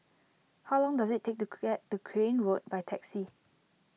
how long does it take to get to Crane Road by taxi